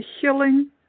healing